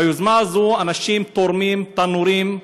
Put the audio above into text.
ביוזמה הזו אנשים תורמים תנורים,